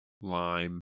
lime